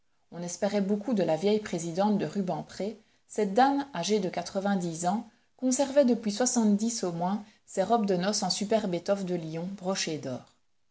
on espérait beaucoup de la vieille présidente de rubempré cette dame âgée de quatre-vingt-dix ans conservait depuis soixante-dix au moins ses robes de noce en superbes étoffes de lyon brochées d'or